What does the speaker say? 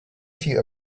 few